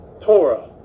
Torah